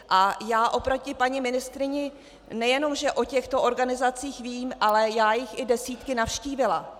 A já oproti paní ministryni nejenom že o těchto organizacích vím, ale já jich i desítky navštívila.